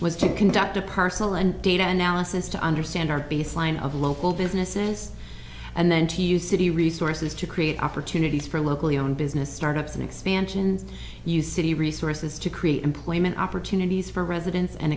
was to conduct a parcel and data analysis to understand our baseline of local businesses and then to use city resources to create opportunities for locally owned business start ups and expansions use city resources to create employment opportunities for residents and